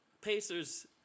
Pacers